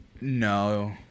No